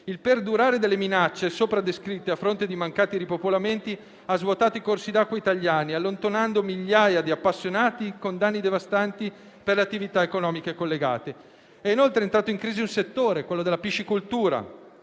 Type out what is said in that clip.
Il perdurare delle minacce sopra descritte, a fronte di mancati ripopolamenti, ha svuotato i corsi d'acqua italiani, allontanando migliaia di appassionati con danni devastanti per le attività economiche collegate. È inoltre entrato in crisi un settore, quello della piscicoltura,